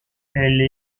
elle